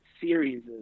series